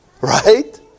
Right